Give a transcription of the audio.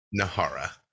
Nahara